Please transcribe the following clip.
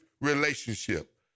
relationship